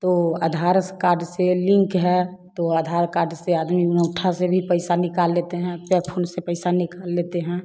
तो अधार कार्ड से लिंक है तो अधार कार्ड से आदमी अंगूठा से भी पईसा निकाल लेते हैं पे फोन से पईसा निकाल लेते हैं